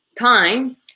time